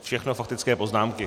Všechno faktické poznámky.